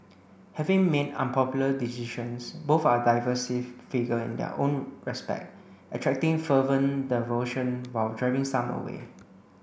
having made unpopular decisions both are divisive figure in their own respect attracting fervent devotion while driving some away